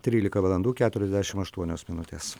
trylika valandų keturiasdešim aštuonios minutės